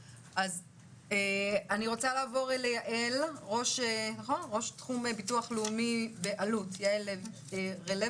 רוצה לעבור ליעל, ראש תחום ביטוח לאומי באלו"ט